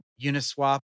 Uniswap